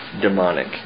demonic